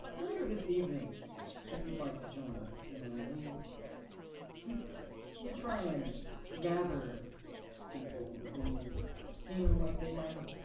later this evening if you'd like to join you know we we've we try and gather people um who seem like they might have